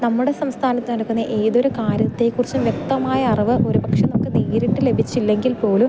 നമ്മുടെ സംസ്ഥാനത്ത് നടക്കുന്ന ഏതൊരു കാര്യത്തെ കുറിച്ചും വ്യക്തമാ അറിവ് ഒരു പക്ഷേ നമുക്ക് നേരിട്ട് ലഭിച്ചില്ല എങ്കിൽ പോലും